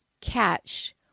catch